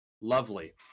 lovely